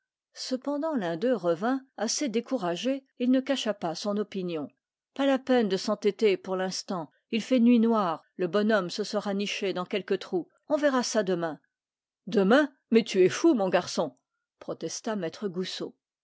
cependant l'un d'eux revint assez découragé et il ne cacha pas son opinion pas la peine de s'entêter pour l'instant il fait nuit noire le bonhomme se sera niché dans quelque trou on verra ça demain demain mais tu es fou mon garçon protesta maître goussot